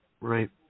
right